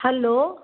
hello